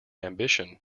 ambition